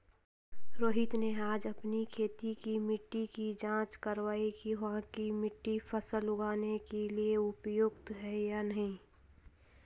रोहित ने आज अपनी खेत की मिट्टी की जाँच कारवाई कि वहाँ की मिट्टी फसल उगाने के लिए उपयुक्त है या नहीं